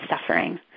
suffering